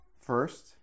first